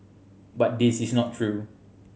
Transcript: but this is not true